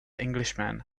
englishman